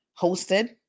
hosted